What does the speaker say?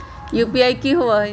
UPI कि होअ हई?